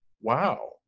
wow